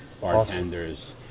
bartenders